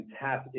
tap